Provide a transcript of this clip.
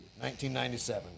1997